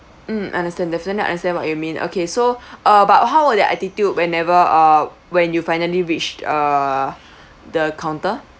mm understand definitely understand what you mean okay so uh but how were their attitude whenever uh when you finally reached uh the counter